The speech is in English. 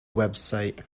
website